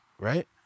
right